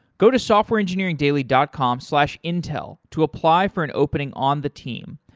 go to softwareengineeringdaily dot com slash intel to apply for an opening on the team.